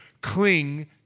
Cling